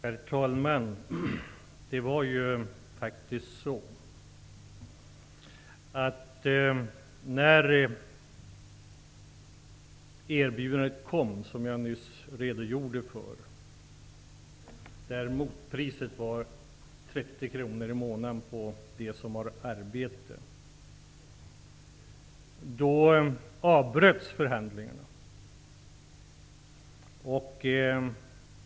Herr talman! Det var faktiskt så, att när man fick det erbjudande som jag nyss redogjorde för och där motpriset var 30 kronor i månaden för dem som har arbete, då avbröts förhandlingarna.